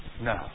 no